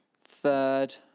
third